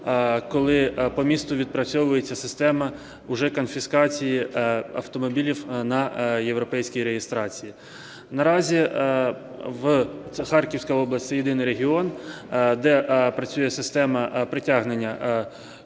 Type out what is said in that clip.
коли по місту відпрацьовується система уже конфіскації автомобілів на європейській реєстрації. Наразі Харківська область – це єдиний регіон, де працює система притягнення